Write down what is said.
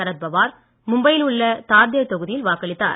சரத்பவார் மும்பையில் உள்ள தார்தேவ் தொகுதியில் வாக்களித்தனர்